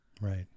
Right